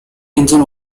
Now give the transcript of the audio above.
engine